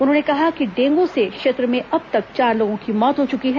उन्होंने कहा है कि डेंगू से क्षेत्र में अब तक चार लोगों की मौत हो चुकी है